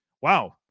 wow